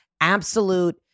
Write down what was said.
absolute